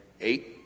eight